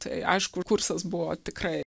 tai aišku kursas buvo tikrai